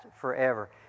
forever